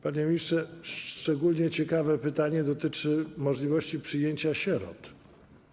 Panie ministrze, szczególnie ciekawe pytanie dotyczy możliwości przyjęcia sierot.